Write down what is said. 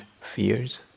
fears